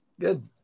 Good